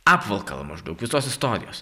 apvalkalą maždaug visos istorijos